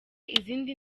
izindi